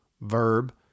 verb